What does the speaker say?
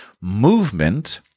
movement